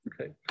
Okay